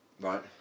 Right